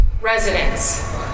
residents